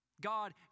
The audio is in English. God